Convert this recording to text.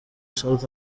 south